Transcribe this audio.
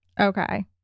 okay